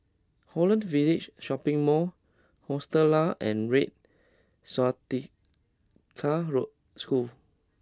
Holland Village Shopping Mall Hostel Lah and Red Swastika School